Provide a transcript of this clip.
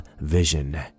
vision